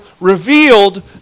revealed